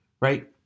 Right